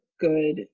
good